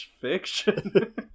fiction